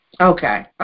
Okay